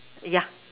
yeah